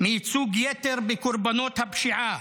מייצוג יתר בקורבנות הפשיעה,